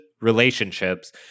relationships